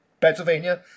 Pennsylvania